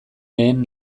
lehen